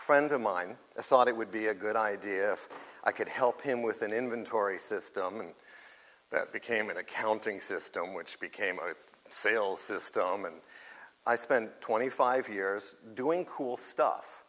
friend of mine thought it would be a good idea if i could help him with an inventory system that became an accounting system which became a sales system and i spent twenty five years doing cool stuff